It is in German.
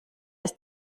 ist